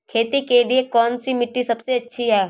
खेती के लिए कौन सी मिट्टी सबसे अच्छी है?